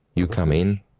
you come in